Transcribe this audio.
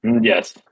Yes